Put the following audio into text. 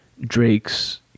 Drake's